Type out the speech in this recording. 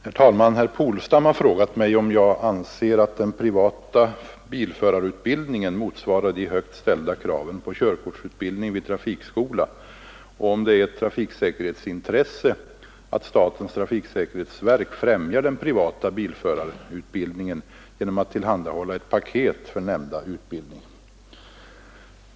Herr talman! Herr Polstam har frågat mig om jag anser att den privata bilförarutbildningen motsvarar de högt ställda kraven på körkortsutbildning vid trafikskola och om det är ett trafiksäkerhetsintresse att statens trafiksäkerhetsverk främjar den privata bilförarutbildningen genom att tillhandahålla ett ”paket” för nämnda utbildning.